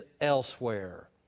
elsewhere